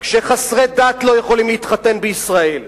כשחסרי דת לא יכולים להתחתן בישראל,